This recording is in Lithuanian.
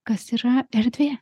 kas yra erdvė